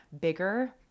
bigger